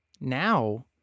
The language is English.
Now